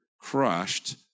crushed